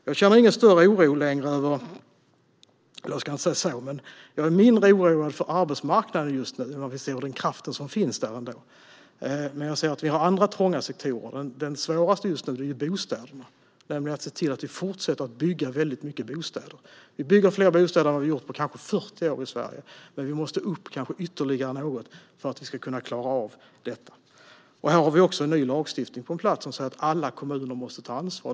Jag är mindre oroad för arbetsmarknaden just nu när vi ser de krafter som ändå finns där. Men jag ser att vi har andra trånga sektorer. Den svåraste just nu är bostäderna. Det gäller att vi ser till att vi fortsätter att bygga väldigt mycket bostäder. Vi bygger fler bostäder än vad vi gjort på kanske 40 år i Sverige. Men vi måste kanske upp ytterligare något för att vi ska kunna klara av detta. Här har vi också en ny lagstiftning på plats som säger att alla kommuner måste ta ansvar.